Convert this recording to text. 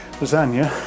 lasagna